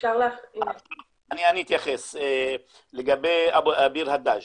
אני אתייחס לגבי ביר הדאג'.